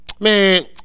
man